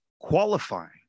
qualifying